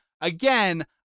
Again